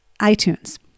iTunes